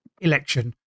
election